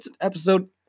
episode